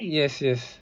yes yes